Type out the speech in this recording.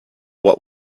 what